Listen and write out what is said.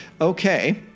Okay